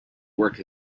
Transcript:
work